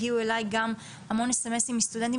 הגיעו אליי גם המון סמ"סים מסטודנטים